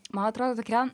man atrodo tokia